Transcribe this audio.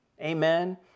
Amen